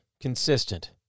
consistent